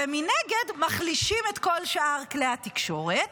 ומנגד מחלישים את כל שאר כלי התקשורת,